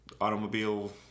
automobile